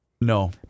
No